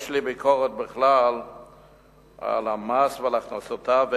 יש לי ביקורת בכלל על המס ועל הכנסותיו,